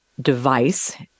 device